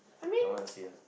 I wanna say ah